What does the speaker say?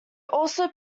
also